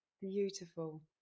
Beautiful